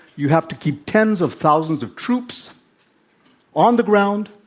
you have to keep tens of thousands of troops on the ground,